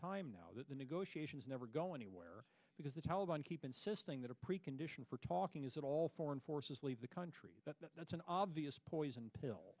time now that the negotiations never go anywhere because the taliban keep insisting that a precondition for talking is that all foreign forces leave the country that's an obvious poison pill